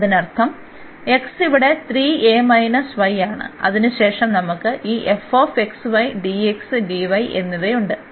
അതിനർത്ഥം x ഇവിടെ 3a y ആണ് അതിനുശേഷം നമുക്ക് ഈ f x y dx dy എന്നിവയുണ്ട്